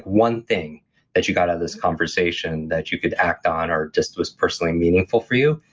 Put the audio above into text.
one thing that you got out of this conversation that you could act on or just was personally meaningful for you.